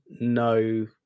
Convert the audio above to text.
no